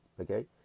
Okay